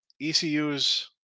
ECU's